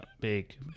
Big